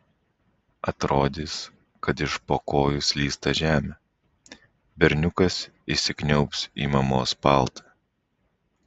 atrodys kad iš po kojų slysta žemė berniukas įsikniaubs į mamos paltą